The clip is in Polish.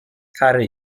kary